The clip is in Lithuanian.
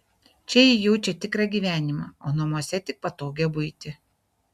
čia ji jaučia tikrą gyvenimą o namuose tik patogią buitį